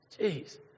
Jeez